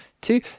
Two